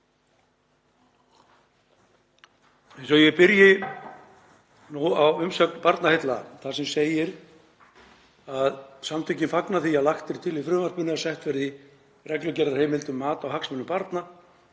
Ég byrja á umsögn Barnaheilla, þar sem segir: „Samtökin fagna því að lagt er til í frumvarpinu að sett verði reglugerðarheimild um mat á hagsmunum barna